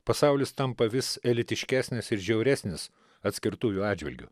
pasaulis tampa vis elitiškesnis ir žiauresnis atskirtųjų atžvilgiu